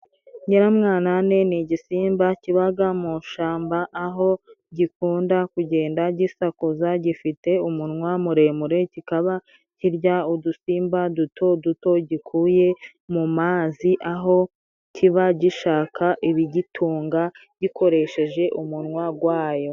Nyiramwanane ni igisimba kibaga mu ishamba aho gikunda kugenda gisakuza, gifite umunwa muremure, kikaba kirya udusimba duto duto gikuye mu mazi, aho kiba gishaka ibigitunga gikoresheje umunwa gwayo.